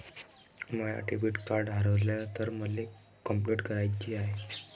माय debit card हारवल तर मले कंपलेंट कराची हाय